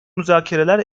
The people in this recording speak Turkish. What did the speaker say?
müzakereler